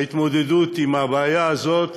ההתמודדות עם הבעיה הזאת